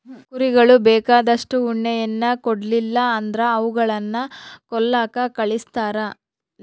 ಕುರಿಗಳು ಬೇಕಾದಷ್ಟು ಉಣ್ಣೆಯನ್ನ ಕೊಡ್ಲಿಲ್ಲ ಅಂದ್ರ ಅವುಗಳನ್ನ ಕೊಲ್ಲಕ ಕಳಿಸ್ತಾರ